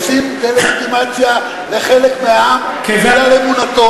כשעושים דה-לגיטימציה לחלק מהעם בגלל אמונתו,